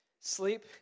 sleep